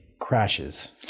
crashes